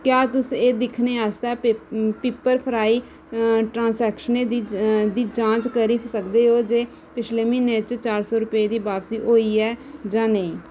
क्या तुस एह् दिक्खने आस्तै पे पिपर फ्राई ट्रांजैक्शनें दी जांच करी सकदे ओ जे पिछले म्हीने च चार सौ रपेऽ दी बापसी होई ऐ जां नेईं